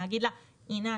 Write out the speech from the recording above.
להגיד לה: הינה,